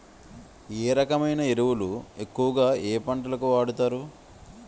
ఏ రకమైన ఎరువులు ఎక్కువుగా ఏ పంటలకు వాడతారు?